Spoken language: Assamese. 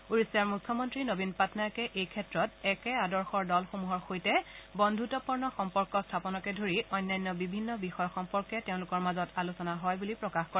উডিশাৰ মুখ্যমন্ত্ৰী নবীন পাটনায়কে এই ক্ষেত্ৰত একে আদৰ্শৰ দলসমূহৰ সৈতে বন্ধুত্পূৰ্ণ সম্পৰ্ক স্থাপনকে ধৰি অন্যান্য বিভিন্ন বিষয় সম্পৰ্কে তেওঁলোকৰ মাজত আলোচনা হয় বুলি প্ৰকাশ কৰে